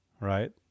right